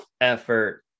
effort